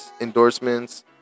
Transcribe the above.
endorsements